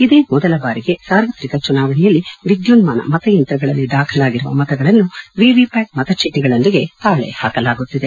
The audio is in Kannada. ಇದೇ ಮೊದಲ ಬಾರಿಗೆ ಸಾರ್ವತ್ರಿಕ ಚುನಾವಣೆಯಲ್ಲಿ ವಿದ್ಯುನ್ನಾನ ಮತ ಯಂತ್ರಗಳಲ್ಲಿ ದಾಖಲಾಗಿರುವ ಮತಗಳನ್ನು ವಿವಿಪ್ಕಾಟ್ ಮತಚೀಟಗಳೊಂದಿಗೆ ತಾಳೆ ಹಾಕಲಾಗುತ್ತಿದೆ